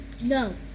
No